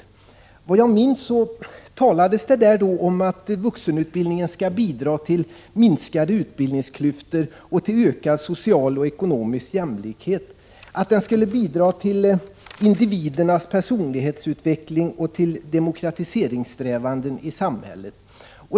Såvitt jag minns så talades det då om att vuxenutbildningen skulle bidra till att minska utbildningsklyftorna och att öka den sociala och ekonomiska jämlikheten. Vuxenutbildningen skulle vidare bidra till individernas personlighetsutveckling och till demokratiseringssträvanden i samhället.